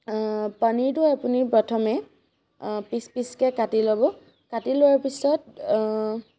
পনীৰটো আপুনি প্ৰথমে পিচ পিচকৈ কাটি ল'ব কাটি লোৱাৰ পিছত